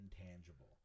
intangible